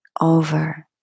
over